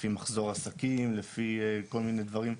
לפי מחזור עסקים, לפי כל מיני דברים,